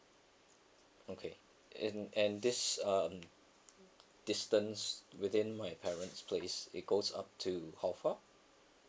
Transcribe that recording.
okay and and this um distance within my parent's place it goes up to how far